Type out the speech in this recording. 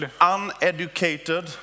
uneducated